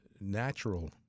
natural